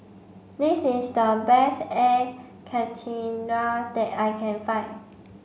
this is the best air Karthira that I can find